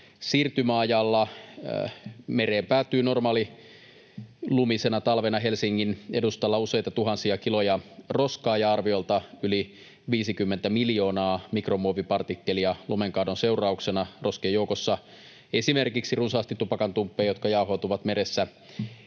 siirtymäajalla. Mereen päätyy normaalilumisena talvena Helsingin edustalla useita tuhansia kiloja roskaa ja arviolta yli 50 miljoonaa mikromuovipartikkelia lumenkaadon seurauksena. Roskien joukossa on esimerkiksi runsaasti tupakantumppeja, jotka jauhautuvat meressä